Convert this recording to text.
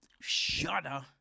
shudder